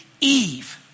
Eve